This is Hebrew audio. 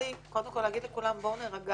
אז קודם כול בא לי להגיד לכולם, בואו נירגע.